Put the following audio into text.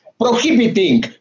prohibiting